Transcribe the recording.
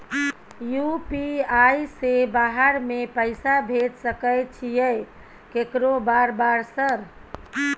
UPI से बाहर में पैसा भेज सकय छीयै केकरो बार बार सर?